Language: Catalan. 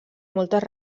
moltes